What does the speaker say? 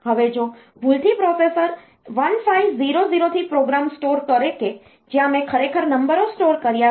હવે જો ભૂલથી પ્રોસેસર 1500 થી પ્રોગ્રામ સ્ટોર કરે કે જ્યાં મેં ખરેખર નંબરો સ્ટોર કર્યા છે